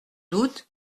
doute